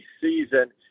season